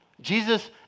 Jesus